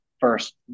first